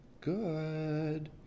good